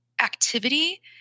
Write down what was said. activity